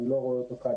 אני לא רואה אותו כאן,